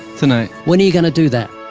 tonight. when are you going to do that?